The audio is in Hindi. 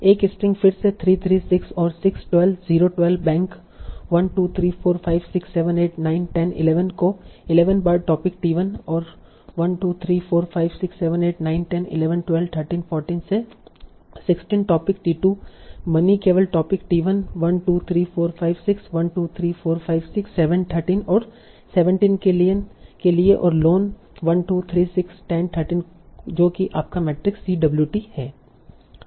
एक स्ट्रिंग फिर से 3 3 6 और 6 12 0 12 बैंक 1 2 3 4 5 6 7 8 9 10 11 को 11 बार टोपिक टी1 और 1 2 3 4 5 6 7 8 9 10 11 12 13 14 से 16 टोपिक टी2 मनी केवल टोपिक t1 1 2 3 4 5 6 1 2 3 4 5 6 7 13 और 17 के लिए और लोन 1 2 3 6 10 13 जो कि आपका मैट्रिक्स Cwt है